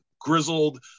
grizzled